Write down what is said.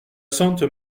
sente